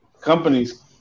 companies